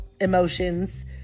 emotions